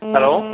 hello